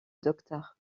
docteur